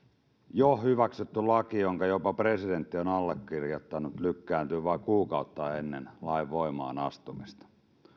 jo hyväksytty laki jonka jopa presidentti on allekirjoittanut lykkääntyy vain kuukautta ennen lain voimaanastumista